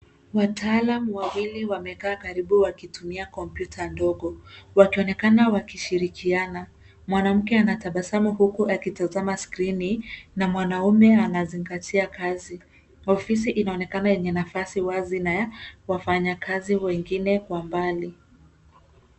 Wataalamu wawili wamekaa karibu wakitumia kompyuta ngogo wakionekana wakishirikiana. Mwanamke anatabasamu huku akitazama skrini na mwanaume anazingatia kazi. Ofisi inaonekana yenye nafasi wazi na ya wafanyakazi wengine wa mbali.